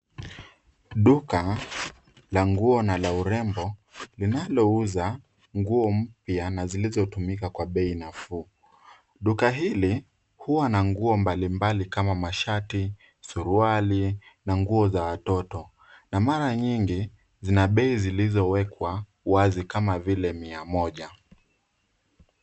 Duka la nguo na la urembo, linalouza nguo mpya na zilizotumika kwa bei nafuu. Duka hili huwa na nguo mbalimbali kama mashati, suruali na nguo za watoto na mara mingi zina bei zilizowekwa wazi kama vile mia moja.